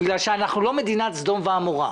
בגלל שאנחנו לא מדינת סדום ועמורה.